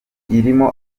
irimo